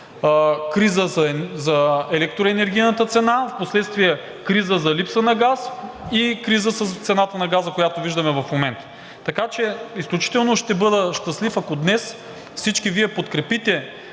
криза за електроенергийната цена, впоследствие криза за липса на газ и криза с цената газа, която виждаме в момента. Изключително ще бъда щастлив, ако днес всички Вие подкрепите